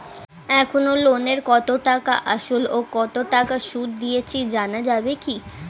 এখনো লোনের কত টাকা আসল ও কত টাকা সুদ দিয়েছি জানা যাবে কি?